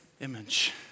image